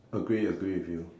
agree agree with you